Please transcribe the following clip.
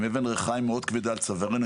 עם אבן ריחיים מאוד כבדה על צווארנו,